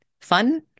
fun